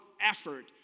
effort